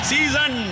Season